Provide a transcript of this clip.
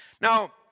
Now